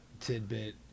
tidbit